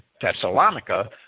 Thessalonica